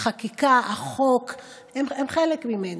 החקיקה, החוק הם חלק ממני.